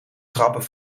trappen